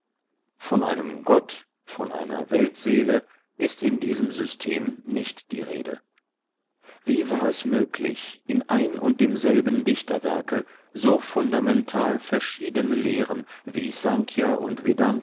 von einem gott von einer weltseele ist in diesem system nicht die rede wie war es möglich in ein und demselben dichterwerke so fundamental verschiedene lehren wie snkhya und